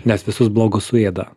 nes visus blogus suėda